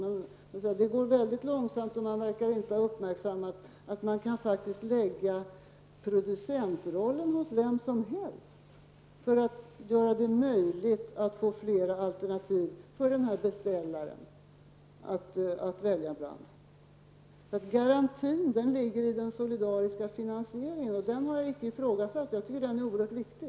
Men arbetet med detta går väldigt långsamt, och man verkar inte ha uppmärksammat att det faktiskt går att så att säga lägga producentrollen var som helst för att möjliggöra att beställaren har flera alternativ att välja mellan. Garantin ligger alltså i den solidariska finansieringen, och denna har jag icke ifrågasatt. Tvärtom tycker jag att den är oerhört viktig.